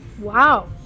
Wow